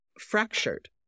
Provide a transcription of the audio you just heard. fractured